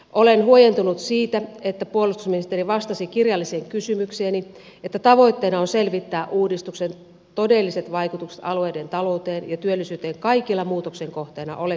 olen huojentunut siitä että puolustusministeri vastasi kirjalliseen kysymykseeni että tavoitteena on selvittää uudistuksen todelliset vaikutukset alueiden talouteen ja työllisyyteen kaikilla muutoksen kohteena olevilla paikkakunnilla